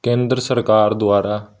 ਕੇਂਦਰ ਸਰਕਾਰ ਦੁਆਰਾ